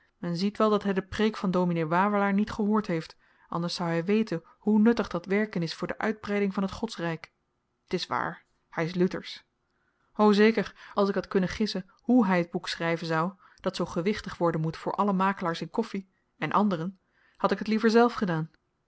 men ziet wel dat hy de preek van dominee wawelaar niet gehoord heeft anders zou hy weten hoe nuttig dat werken is voor de uitbreiding van t godsryk t is waar hy is luthersch o zeker als ik had kunnen gissen hoe hy t boek schryven zou dat zoo gewichtig worden moet voor alle makelaars in koffi en anderen had ik t liever zelf gedaan